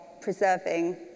preserving